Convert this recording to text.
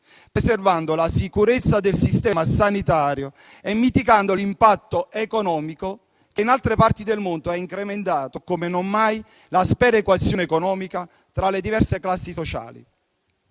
preservando la sicurezza del sistema sanitario e mitigando l'impatto economico che in altre parti del mondo ha incrementato come non mai la sperequazione economica tra le diverse classi sociali.